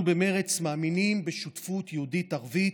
אנחנו במרצ מאמינים בשותפות יהודית-ערבית,